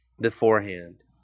beforehand